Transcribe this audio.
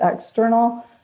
external